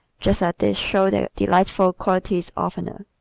just as they show their delightful qualities oftener.